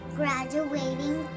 graduating